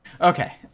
Okay